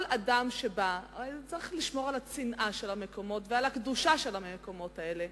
כל אדם שבא צריך לשמור על הצנעה ועל הקדושה של המקומות האלה,